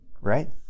right